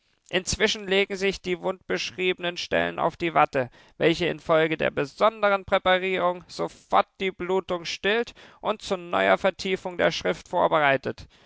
inzwischen legen sich die wundbeschriebenen stellen auf die watte welche infolge der besonderen präparierung sofort die blutung stillt und zu neuer vertiefung der schrift vorbereitet